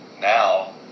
now